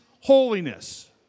holiness